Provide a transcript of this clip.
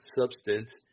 substance